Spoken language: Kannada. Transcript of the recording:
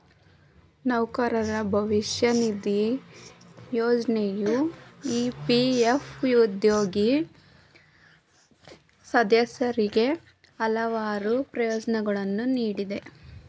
ನೌಕರರ ಭವಿಷ್ಯ ನಿಧಿ ಯೋಜ್ನೆಯು ಇ.ಪಿ.ಎಫ್ ಉದ್ಯೋಗಿ ಸದಸ್ಯರಿಗೆ ಹಲವಾರು ಪ್ರಯೋಜ್ನಗಳನ್ನ ನೀಡುತ್ತೆ